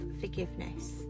forgiveness